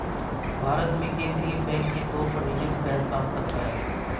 भारत में केंद्रीय बैंक के तौर पर रिज़र्व बैंक काम करता है